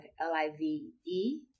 L-I-V-E